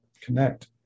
connect